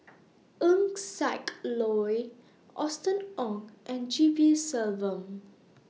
Eng Siak Loy Austen Ong and G P Selvam